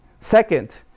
second